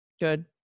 Good